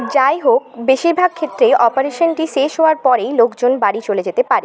যাই হোক বেশিরভাগ ক্ষেত্রেই অপারেশানটি শেষ হওয়ার পরেই লোকজন বাড়ি চলে যেতে পারে